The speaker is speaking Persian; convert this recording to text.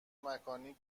مکانی